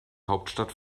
hauptstadt